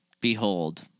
Behold